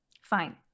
Fine